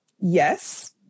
yes